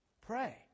Pray